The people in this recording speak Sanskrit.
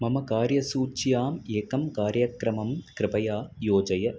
मम कार्यसूच्याम् एकं कार्यक्रमं कृपया योजय